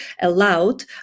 allowed